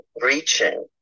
reaching